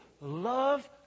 love